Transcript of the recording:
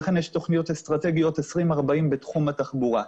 לכן יש תכניות אסטרטגיות 2040 בתחום התחבורה.